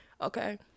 Okay